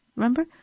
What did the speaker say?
remember